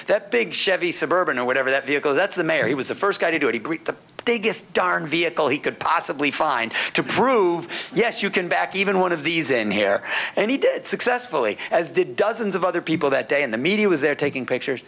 big chevy suburban or whatever that vehicle that's the mayor he was the first guy to do a group the biggest darn vehicle he could possibly find to prove yes you can back even one of these in here and he did successfully as did dozens of other people that day and the media was there taking pictures